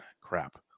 crap